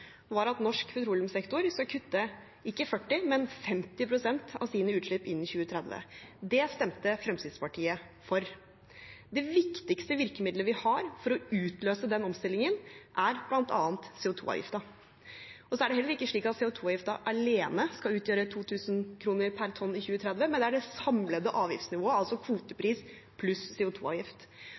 var at norsk petroleumssektor skal kutte ikke 40 pst., men 50 pst. av sine utslipp innen 2030. Det stemte Fremskrittspartiet for. Det viktigste virkemidlet vi har for å utløse den omstillingen, er bl.a. CO 2 -avgiften. Så er det heller ikke slik at CO 2 -avgiften alene skal utgjøre 2 000 kr per tonn i 2030, men det er det samlede avgiftsnivået, altså kvotepris pluss